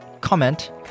comment